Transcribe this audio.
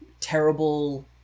terrible